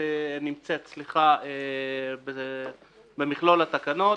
נמצאת במכלול התקנות,